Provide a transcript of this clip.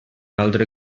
altre